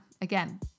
Again